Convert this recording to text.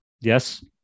yes